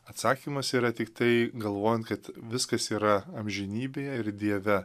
atsakymas yra tiktai galvojant kad viskas yra amžinybėje ir dieve